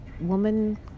woman